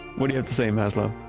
what do you have to say maslow?